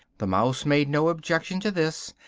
the mouse made no objection to this,